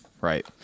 Right